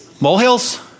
Molehills